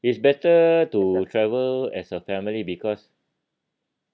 it's better to travel as a family because